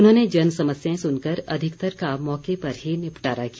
उन्होंने जन समस्याएं सुनकर अधिकतर का मौके पर ही निपटारा किया